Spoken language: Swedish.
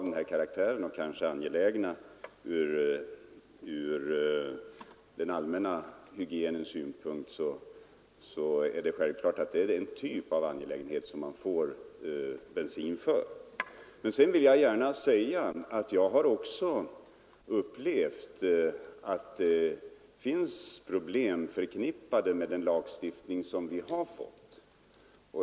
Dock anses det angeläget att bevilja allmänna ändamål av detta slag bensintilldelning. För det andra har jag upplevt det så att vissa problem är förknippade med den lagstiftning som vi har fått.